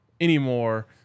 anymore